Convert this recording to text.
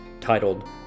titled